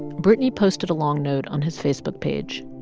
brittany posted a long note on his facebook page.